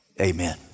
Amen